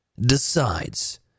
decides